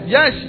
Yes